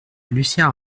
lucien